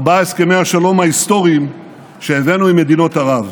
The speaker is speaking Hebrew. ארבעת הסכמי השלום ההיסטוריים שהבאנו עם מדינות ערב.